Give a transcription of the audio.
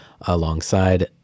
alongside